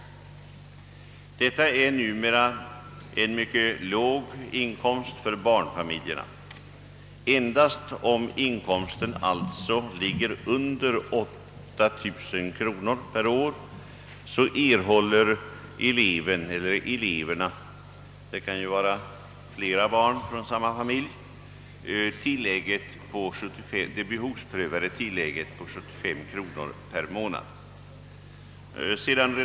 Numera är detta en mycket låg inkomst för en barnfamilj. Endast om inkomsten alltså ligger under 8 000 kronor per år får eleven eller eleverna — det kan ju gälla flera barn från samma familj — det behovsprövade tillägget om 75 kronor per månad.